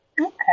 Okay